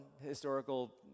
historical